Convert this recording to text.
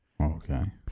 okay